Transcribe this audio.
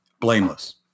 blameless